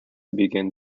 begin